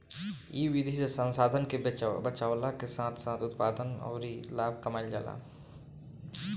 इ विधि से संसाधन के बचावला के साथ साथ उत्पादन अउरी लाभ कमाईल जाला